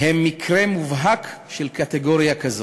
הן מקרה מובהק של קטגוריה כזאת".